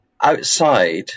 outside